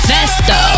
Festo